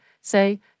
say